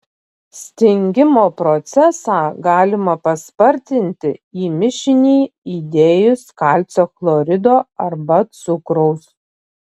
stingimo procesą galima paspartinti į mišinį įdėjus kalcio chlorido arba cukraus